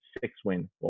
six-win